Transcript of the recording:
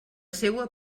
seua